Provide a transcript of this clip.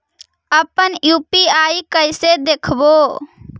अपन यु.पी.आई कैसे देखबै?